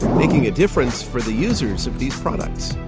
making a difference for the users of these products.